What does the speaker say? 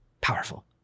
Powerful